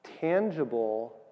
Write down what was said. tangible